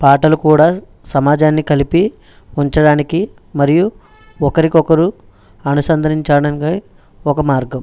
పాటలు కూడా సమాజాన్ని కలిపి ఉంచడానికి మరియు ఒకరికొకరు అనుసంధానించడానికి ఒక మార్గం